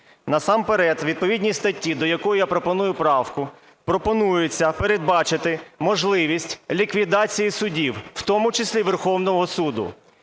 Насамперед у відповідній статті, до якої я пропоную правку, пропонується передбачити можливість ліквідації судів, в тому числі і Верховного Суду.